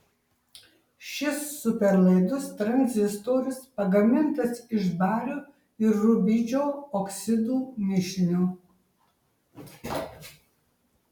šis superlaidus tranzistorius pagamintas iš bario ir rubidžio oksidų mišinio